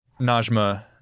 Najma